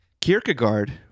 Kierkegaard